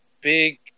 big